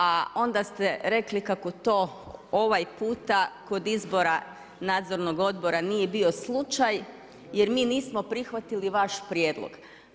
A onda ste rekli, kako to ovaj puta kod izbora nadzornog odbora nije bio slučaj, jer mi nismo prihvatili vaš prijedlog.